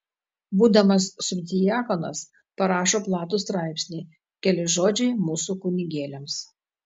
būdamas subdiakonas parašo platų straipsnį keli žodžiai mūsų kunigėliams